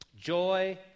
joy